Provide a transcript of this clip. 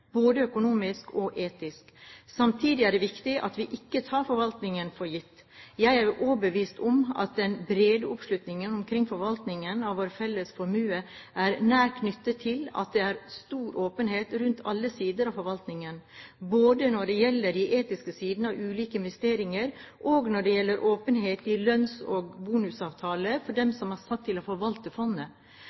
både økonomisk og etisk. Samtidig er det viktig at vi ikke tar forvaltningen for gitt. Jeg er overbevist om at den brede oppslutningen omkring forvaltningen av vår felles formue er nært knyttet til at det er stor åpenhet rundt alle sider av forvaltningen, både når det gjelder de etiske sidene av ulike investeringer, og når det gjelder åpenhet i lønns- og bonusavtaler for dem som er satt til å forvalte fondet.